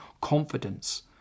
confidence